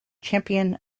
champion